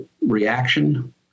reaction